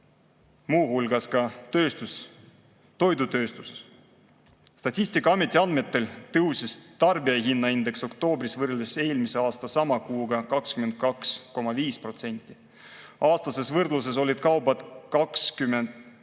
muu hulgas ka toidutööstuses. Statistikaameti andmetel tõusis tarbijahinnaindeks oktoobris võrreldes eelmise aasta sama kuuga 22,5%. Aastases võrdluses olid kaubad 20,5%